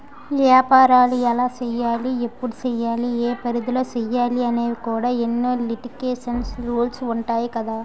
ఏపారాలు ఎలా సెయ్యాలి? ఎప్పుడు సెయ్యాలి? ఏ పరిధిలో సెయ్యాలి అనేవి కూడా ఎన్నో లిటికేషన్స్, రూల్సు ఉంటాయి కదా